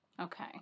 Okay